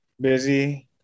busy